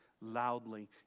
loudly